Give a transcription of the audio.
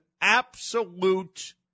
absolute